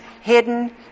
hidden